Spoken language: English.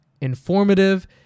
Informative